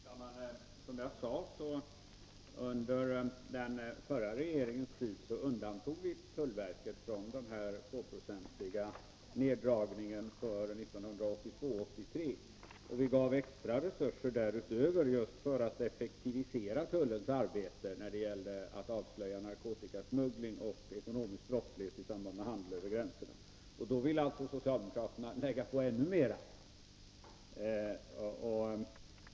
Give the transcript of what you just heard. Herr talman! Som jag sade undantog vi under den förra regeringens tid tullverket från den 2-procentiga neddragningen för 1982/83. Därutöver gav vi extra resurser just för att effektivisera tullens arbete när det gällde att avslöja narkotikasmuggling och ekonomisk brottslighet i samband med handel över gränserna. Men då ville socialdemokraterna lägga på ännu mera.